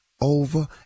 over